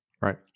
Right